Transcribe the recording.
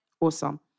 Awesome